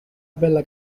bella